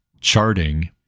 charting